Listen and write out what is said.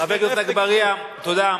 חבר הכנסת אגבאריה, תודה.